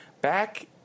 back